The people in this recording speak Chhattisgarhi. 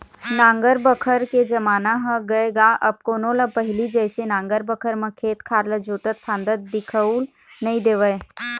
नांगर बखर के जमाना ह गय गा अब कोनो ल पहिली जइसे नांगर बखर म खेत खार ल जोतत फांदत दिखउल नइ देवय